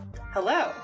hello